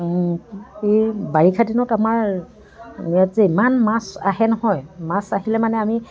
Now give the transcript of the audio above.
বাৰিষা দিনত আমাৰ ইয়াত যে ইমান মাছ আহে নহয় মাছ আহিলে মানে আমি